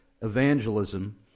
evangelism